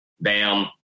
bam